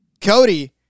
Cody